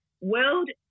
World